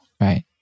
Right